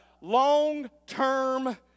long-term